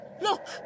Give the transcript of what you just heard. look